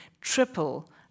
triple